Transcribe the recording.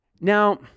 Now